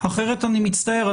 אחרת אני מצטער,